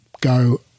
go